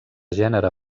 gènere